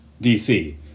DC